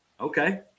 okay